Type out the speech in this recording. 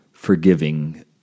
forgiving